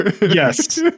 Yes